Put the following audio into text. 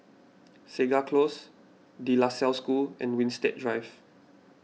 Segar Close De La Salle School and Winstedt Drive